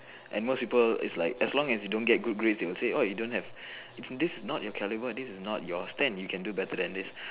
and most people is like as long as you don't get good grades they will say oh you don't have this is not your caliber this is not your stand you can do better than this